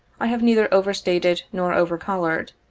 i have neither over-stated nor over-colored.